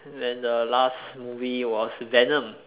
then the last movie was venom